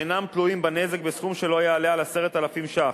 שאינם תלויים בנזק, בסכום שלא יעלה על 10,000 ש"ח,